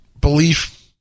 belief